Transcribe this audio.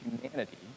humanity